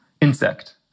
insect